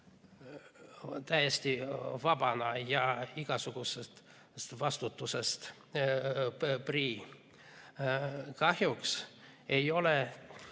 täiesti vabana ja igasugusest vastutusest prii. Kahjuks ei ole